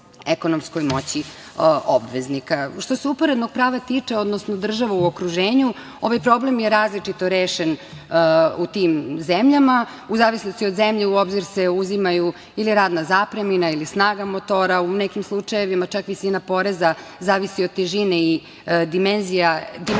ekonomskoj moći obveznika. Što se uporednog prava tiče, odnosno država u okruženju, ovaj problem je različito rešen u tim zemljama. U zavisnosti od zemlje, u obzir se uzimaju ili radna zapremina ili snaga motora, u nekim slučajevima čak visina poreza zavisi od težine i dimenzija